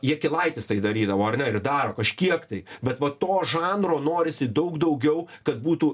jakilaitis tai darydavo ir daro kažkiek tai bet va to žanro norisi daug daugiau kad būtų